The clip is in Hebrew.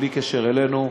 בלי קשר אלינו,